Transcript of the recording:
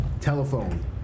Telephone